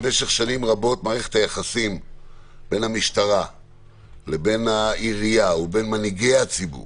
במשך שנים רבות מערכת היחסים בין המשורה לבין העירייה ומנהיגי הציבור